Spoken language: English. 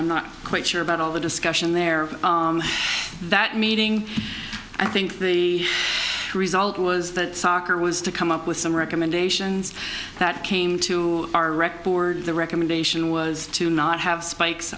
i'm not quite sure about all the discussion there that meeting i think the result was that soccer was to come up with some recommendations that came to our wrecked board the recommendation was to not have spikes